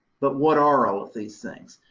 but what are all of these things?